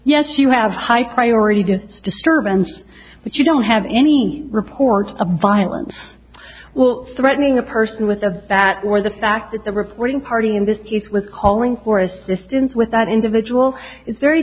yes you have high priority disturbance but you don't have any reports of violence well threatening a person with a vat or the fact that the reporting party in this case was calling for assistance with that individual is very